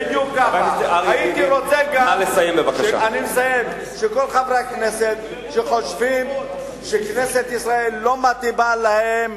הייתי רוצה שכל חברי הכנסת שחושבים שכנסת ישראל לא מתאימה להם,